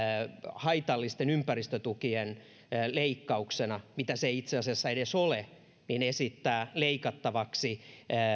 haitallisten ympäristötukien leikkauksena mitä se ei itse asiassa edes ole esittää leikattavaksi